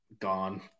gone